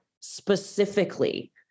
specifically